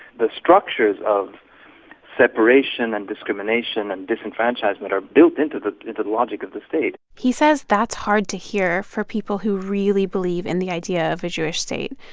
the structures of separation and discrimination and disenfranchisement are built into the the logic of the state he says that's hard to hear for people who really believe in the idea of a jewish state.